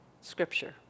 scripture